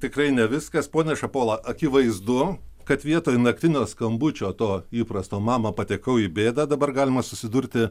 tikrai ne viskas pone šapola akivaizdu kad vietoj naktinio skambučio to įprasto mama patekau į bėdą dabar galima susidurti